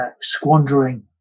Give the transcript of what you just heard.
squandering